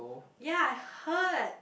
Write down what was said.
ya I heard